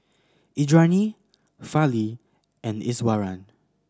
Indranee Fali and Iswaran